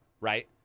right